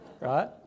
right